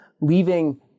leaving